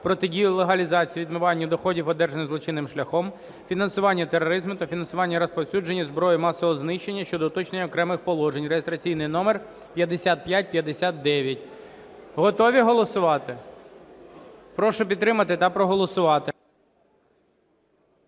протидію легалізації (відмиванню) доходів, одержаних злочинним шляхом, фінансуванню тероризму та фінансуванню розповсюдження зброї масового знищення" щодо уточнення окремих положень (реєстраційний номер 5559). Готові голосувати? Прошу підтримати та проголосувати.